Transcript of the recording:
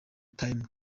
time